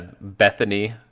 Bethany